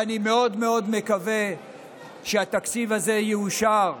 ואני מאוד מאוד מקווה שהתקציב הזה יאושר.